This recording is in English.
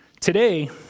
Today